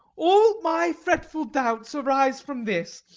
all my fretful doubts arise from this.